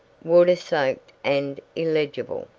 water-soaked and illegible,